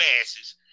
asses